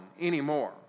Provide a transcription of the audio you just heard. anymore